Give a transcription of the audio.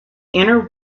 inner